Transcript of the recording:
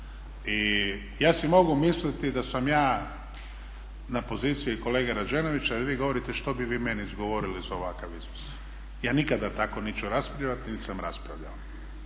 I ja si mogu misliti da sam ja na poziciji kolege Rađenovića jer vi govorite što bi vi meni izgovorili za ovakav iznos. Ja nikada tako niti ću raspravljati niti sam raspravljao.